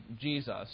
Jesus